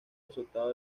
resultados